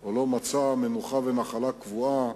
או לא מצא מנוחה ונחלה קבועה,